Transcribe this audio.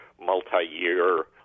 multi-year